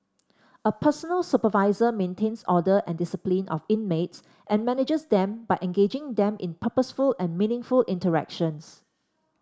a personal supervisor maintains order and discipline of inmates and manages them by engaging them in purposeful and meaningful interactions